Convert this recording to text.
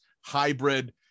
hybrid